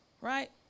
right